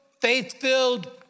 faith-filled